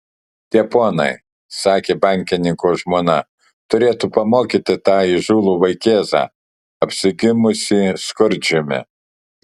tie ponai sakė bankininko žmona turėtų pamokyti tą įžūlų vaikėzą apsigimusį skurdžiumi